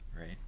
right